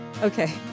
Okay